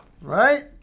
right